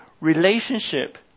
relationship